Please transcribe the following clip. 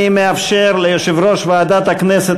אני מאפשר ליושב-ראש ועדת הכנסת,